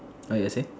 sorry you're saying